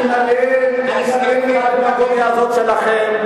אני מבין, אני מבין את הדמגוגיה שלכם.